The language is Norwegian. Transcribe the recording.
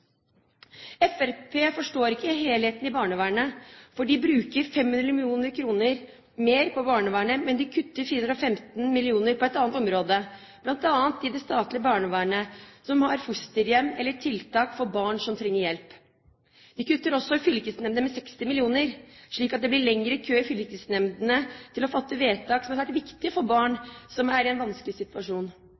forstår ikke helheten i barnevernet. De bruker 500 mill. kr mer på barnevernet, men de kutter 415 mill. kr på et annet område, bl.a. i det statlige barnevernet, som fosterhjem, eller tiltak for barn som trenger hjelp. De kutter også i fylkesnemndene med 60 mill. kr, slik at det blir lengre kø i fylkesnemndene for å fatte vedtak som hadde vært viktige for barn som er i en vanskelig situasjon.